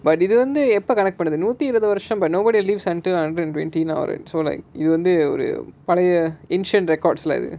but didn't they இது வந்து எப்ப:idhu vandhu eppa so like you know இது வந்து ஒரு பழைய:idhu vandhu oru palaiya